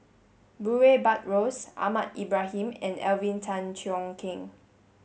Murray Buttrose Ahmad Ibrahim and Alvin Tan Cheong Kheng